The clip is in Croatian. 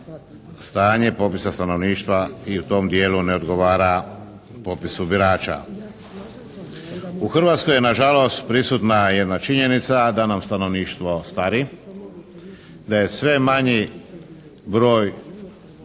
stanje popisa stanovništva i u tom dijelu ne odgovara popisu birača. U Hrvatskoj je na žalost prisutna i jedna činjenica da nam stanovništvo stari, da je sve manji broj